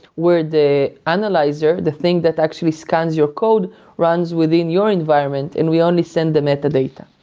where the analyzer, the thing that actually scans your code runs within your environment, and we only send the metadata.